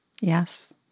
yes